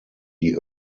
die